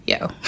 Yo